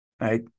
right